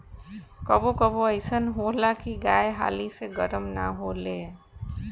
कबो कबो अइसन होला की गाय हाली से गरम ना होले